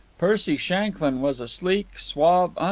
percy shanklyn was a sleek, suave,